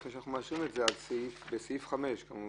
החשש שעולה הוא מזה שיגבילו על סמך תוכן.